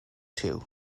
two